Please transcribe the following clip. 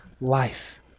life